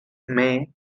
may